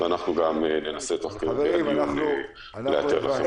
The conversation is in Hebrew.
אנחנו גם ננסה תוך כדי הדיון לאתר את זה.